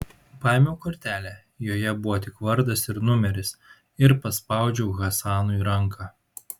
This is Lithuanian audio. paėmiau kortelę joje buvo tik vardas ir numeris ir paspaudžiau hasanui ranką